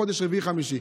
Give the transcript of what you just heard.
בחודש אפריל או מאי.